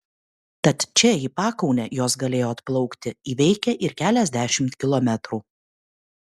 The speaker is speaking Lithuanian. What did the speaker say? tad čia į pakaunę jos galėjo atplaukti įveikę ir keliasdešimt kilometrų